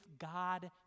God